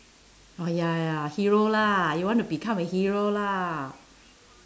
oh ya ya hero lah you want to become a hero lah